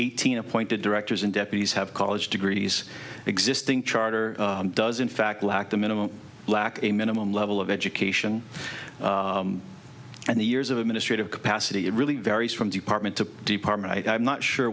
eighteen appointed directors and deputies have college degrees existing charter does in fact lack the minimum lack a minimum level of education and the years of administrative capacity it really varies from department to department and i'm not sure